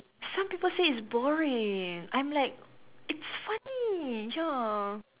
some people say it's boring I'm like it's funny ya